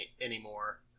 anymore